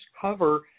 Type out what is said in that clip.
cover